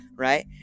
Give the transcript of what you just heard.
Right